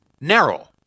narrow